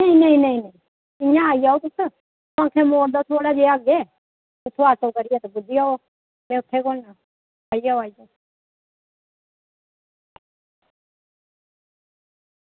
नेईं नेईं नेईं इ'यां आई जाओ तुस स्वांखे मोड़ दा थोह्ड़े जेहा अग्गें उत्थें आटो करियै ते पुज्जी जाओ में उत्थें गै होन्ना आई जाओ आई जाओ